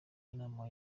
nama